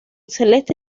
celeste